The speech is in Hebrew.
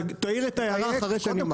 תעיר את ההערה אחרי שאני אגמור.